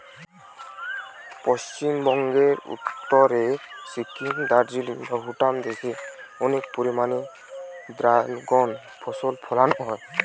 পশ্চিমবঙ্গের উত্তরে সিকিম, দার্জিলিং বা ভুটান দেশে অনেক পরিমাণে দ্রাগন ফল ফলানা হয়